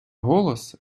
голос